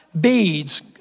beads